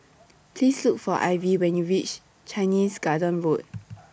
Please Look For Ivey when YOU REACH Chinese Garden Road